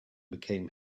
became